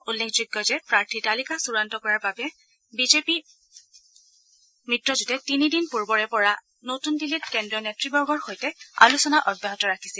উল্লেখযোগ্য যে প্ৰাৰ্থীৰ তালিকা চুড়ান্ত কৰাৰ বাবে বিজেপি মিত্ৰজোঁটে তিনিদিন পূৰ্বৰে পৰা নতুন দিল্লীত কেন্দ্ৰীয় নেত়বৰ্গৰ সৈতে আলোচনা অব্যাহত ৰাখিছিল